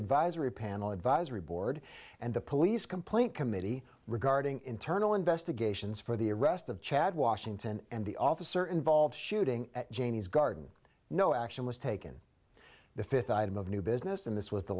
advisory panel advisory board and the police complaint committee regarding internal investigations for the arrest of chad washington and the officer involved shooting at jamie's garden no action was taken the fifth item of new business and this was the